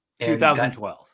2012